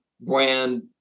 brand